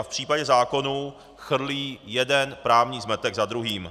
V případě zákonů chrlí jeden právní zmetek za druhým.